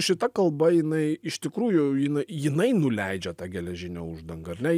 šita kalba jinai iš tikrųjų jinai jinai nuleidžia tą geležinę uždangą ar ne